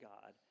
God